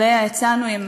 שאליה יצאנו עם